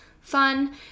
fun